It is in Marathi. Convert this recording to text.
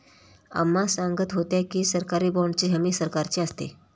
अम्मा सांगत होत्या की, सरकारी बाँडची हमी सरकारची असते